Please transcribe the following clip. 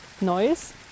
noise